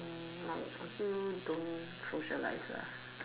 hmm like I still don't socialize lah